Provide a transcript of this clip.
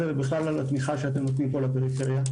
ובכלל על התמיכה שאתם נותנים פה לפריפריה.